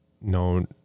no